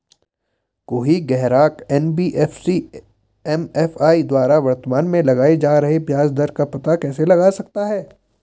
कोई ग्राहक NBFC MFI द्वारा वर्तमान में लगाए जा रहे ब्याज दर का पता कैसे लगा सकता है?